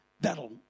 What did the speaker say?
That'll